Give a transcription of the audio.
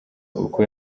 uko